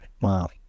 Wow